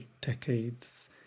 decades